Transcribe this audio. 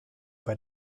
bei